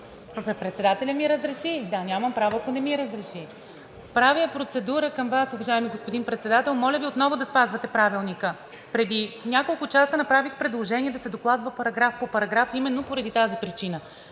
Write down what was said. право, председателят ми разреши, да, нямам право, ако не ми разреши. Правя процедура към Вас, уважаеми господин Председател, моля Ви отново да спазвате Правилника. Преди няколко часа направих предложение да се докладва параграф по параграф именно поради тази причина.